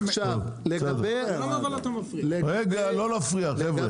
לא להפריע, חבר'ה.